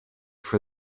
for